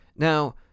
Now